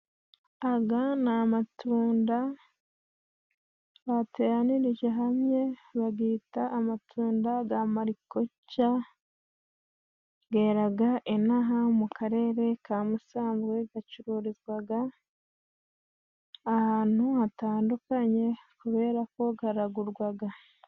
Aga ni amatunda bateranirije hamwe bagita amatunda ga marikoca, geraraga inaha mu karere ka Musanze ,gacururizwaga ahantu hatandukanye kubera ko garagurwaga.